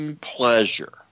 pleasure